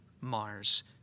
Mars